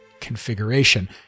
configuration